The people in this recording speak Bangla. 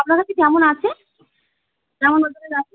আপনার কাছে কেমন আছে কেমন ওজনের রাখেন